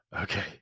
Okay